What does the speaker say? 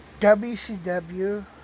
WCW